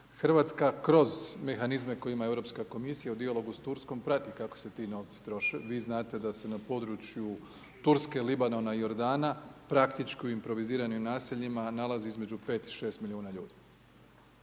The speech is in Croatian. Hrvatska kroz mehanizme koje ima Europska komisija u dijalogu sa Turskom, prati kako se ti novci troše, vi znate da se na području Turske, Libanon i Jordana, u praktički improviziranim naseljima nalazi između 5 i 6 milijuna ljudi.